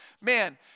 Man